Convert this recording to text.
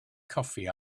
coffee